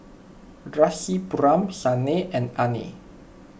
Rasipuram Sanal and Anand